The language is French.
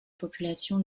populations